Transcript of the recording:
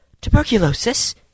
Tuberculosis